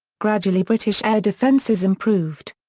gradually british air defenses improved.